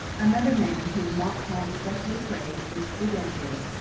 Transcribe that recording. another man whom montcalm specially praised was bougainville,